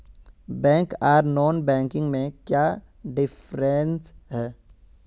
Bank आर non banking में क्याँ डिफरेंस है?